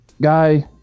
guy